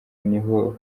niho